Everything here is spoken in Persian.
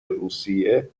روسیه